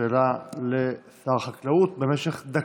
שאלה לשר החקלאות, במשך דקה.